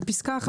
בפסקה (1),